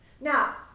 Now